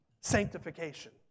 sanctification